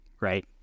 right